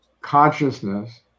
consciousness